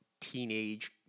teenage